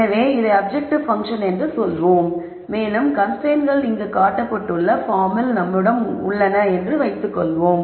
எனவே இதை objective function என்று சொல்வோம் மேலும் கன்ஸ்ரைன்ட்ஸ்கள் இங்கு காட்டப்பட்டுள்ள பார்மில் நம்மிடம் உள்ளன என்று வைத்துக் கொள்வோம்